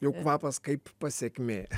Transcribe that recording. jau kvapas kaip pasekmė